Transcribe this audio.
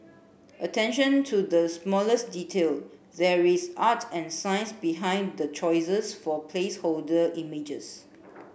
attention to the smallest detail there is art and science behind the choices for placeholder images